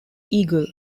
eagle